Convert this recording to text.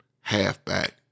halfback